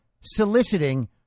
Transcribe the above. soliciting